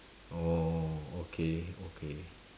orh okay okay